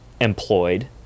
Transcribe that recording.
employed